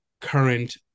current